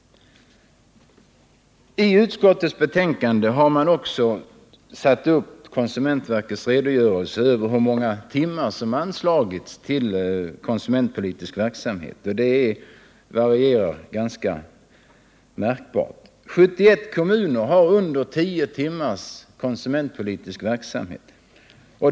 I utskottets betänkande har man också tagit med konsumentverkets redogörelse över hur många timmar som anslagits till konsumentpolitisk verksamhet, och de siffrorna varierar ganska märkbart. 71 kommuner har under 10 timmar i konsumentpolitisk verksamhet.